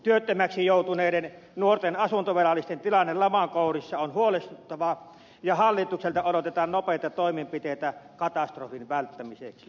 työttömäksi joutuneiden nuorten asuntovelallisten tilanne laman kourissa on huolestuttava ja hallitukselta odotetaan nopeita toimenpiteitä katastrofin välttämiseksi